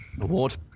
award